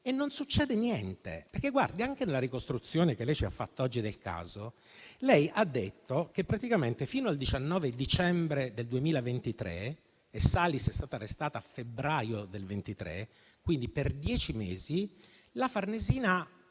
e non succede niente. Anche nella ricostruzione che ci ha fatto oggi del caso, ha detto che praticamente fino al 19 dicembre 2023 (la Salis è stata arrestata a febbraio del 2023, quindi per dieci mesi) la Farnesina ha